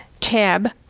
tab